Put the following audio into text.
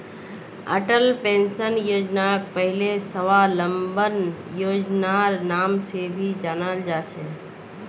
Atal pension योजनाक पहले स्वाबलंबन योजनार नाम से भी जाना जा छे